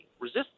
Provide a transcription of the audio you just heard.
Resist